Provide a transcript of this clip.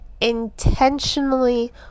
intentionally